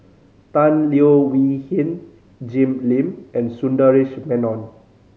Tan Leo Wee Hin Jim Lim and Sundaresh Menon